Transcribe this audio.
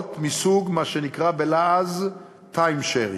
עסקאות מסוג מה שנקרא בלעז time sharing.